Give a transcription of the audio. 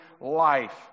life